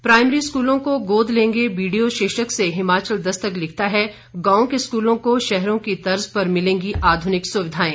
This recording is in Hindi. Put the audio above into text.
प्राइमरी स्कूलों को गोद लेंगे बीडीओ शीर्षक से हिमाचल दस्तक लिखता है गांव के स्कूलों को शहरों की तर्ज पर मिलेंगी आधुनिक सुविधाएं